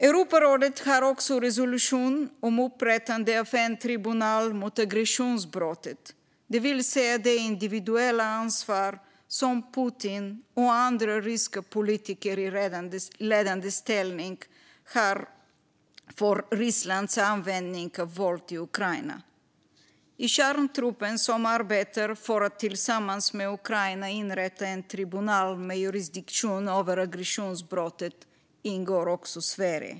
Europarådet har också beslutat om en resolution om upprättande av en tribunal mot aggressionsbrottet, det vill säga det individuella ansvar som Putin och andra ryska politiker i ledande ställning har för Rysslands användning av våld i Ukraina. I kärntruppen som arbetar för att tillsammans med Ukraina inrätta en tribunal med jurisdiktion över aggressionsbrottet ingår också Sverige.